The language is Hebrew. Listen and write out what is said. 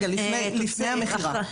אחראי.